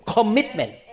Commitment